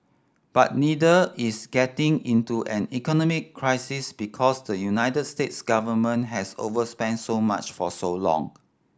but neither is getting into an economic crisis because the United States government has overspent so much for so long